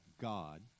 God